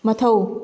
ꯃꯊꯧ